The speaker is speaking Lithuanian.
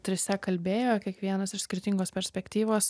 trise kalbėjo kiekvienas iš skirtingos perspektyvos